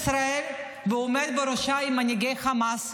-- והעומד בראשה עם מנהיגי חמאס.